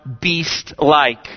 beast-like